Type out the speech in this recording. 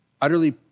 utterly